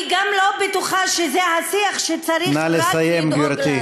אני גם לא בטוחה שזה השיח שצריך, נא לסיים, גברתי.